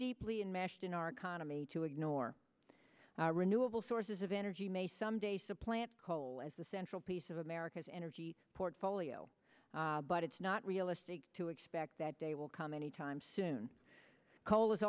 deeply enmeshed in our economy to ignore renewable source of energy may someday supplant coal as the central piece of america's energy portfolio but it's not realistic to expect that day will come any time soon coal is